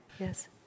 Yes